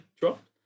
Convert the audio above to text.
dropped